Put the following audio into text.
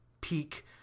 peak